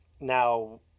now